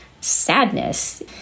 sadness